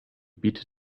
beat